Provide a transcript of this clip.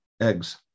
Eggs